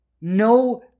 No